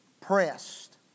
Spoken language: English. pressed